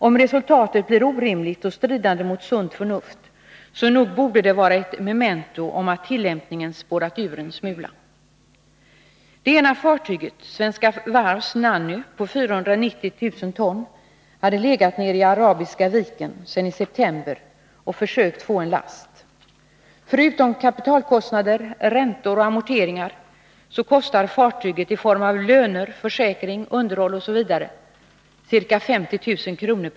Om resultatet blir orimligt och stridande mot sunt förnuft, så nog borde det vara ett memento om att tillämpningen spårat ur en smula. Det ena fartyget, Svenska Varvs Nanny på 490 000 ton, hade legat nere i Arabiska viken sedan i september och försökt få en last. Förutom kapitalkostnader, räntor och amorteringar kostar fartyget i form av löner, försäkring, underhåll osv. ca 50 000 kr.